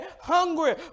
hungry